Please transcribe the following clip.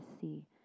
see